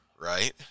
right